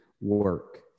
work